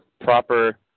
proper